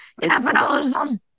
capitalism